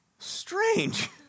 Strange